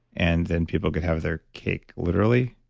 and then people could have their cake literally,